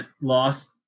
lost